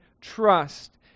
trust